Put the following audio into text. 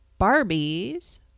Barbies